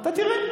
אתה תראה.